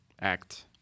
act